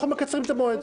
אנחנו מקצרים את המועד.